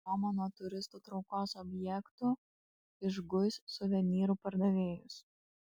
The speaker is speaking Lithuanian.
roma nuo turistų traukos objektų išguis suvenyrų pardavėjus